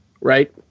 Right